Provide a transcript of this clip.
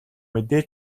мэдээ